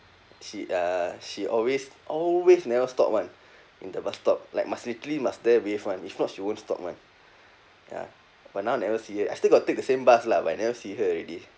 she uh she always always never stop one in the bus stop like must literally must there wave [one] if not she won't stop [one] ya but now never see her I still got take the same bus lah but I never see her already